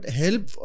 help